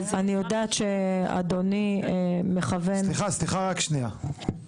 אני יודעת שאדוני מכוון --- רצינו